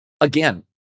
again